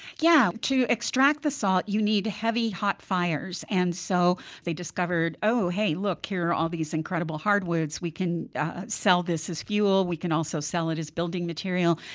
yeah to extract the salt, you need heavy, hot fires, and so they discovered, oh, hey, look. here are all these incredible hardwoods. we can sell this as fuel. we can also sell it as building material.